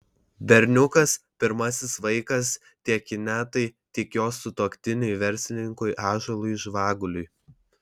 berniukas pirmasis vaikas tiek inetai tiek jos sutuoktiniui verslininkui ąžuolui žvaguliui